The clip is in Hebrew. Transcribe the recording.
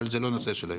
אבל זה לא הנושא של היום.